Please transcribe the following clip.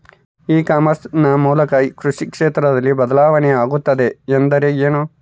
E commerce ನ ಮೂಲಕ ಕೃಷಿ ಕ್ಷೇತ್ರದಲ್ಲಿ ಬದಲಾವಣೆ ಆಗುತ್ತಿದೆ ಎಂದರೆ ಏನು?